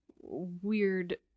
weird